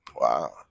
Wow